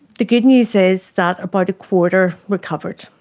the good news is that about a quarter recovered.